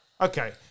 Okay